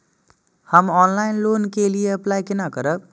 हम online loan के लिए अप्लाई केना करब?